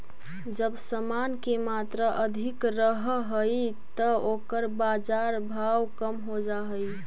जब समान के मात्रा अधिक रहऽ हई त ओकर बाजार भाव कम हो जा हई